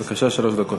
בבקשה, שלוש דקות.